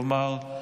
כלומר,